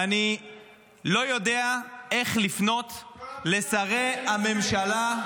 ואני לא יודע איך לפנות לשרי הממשלה.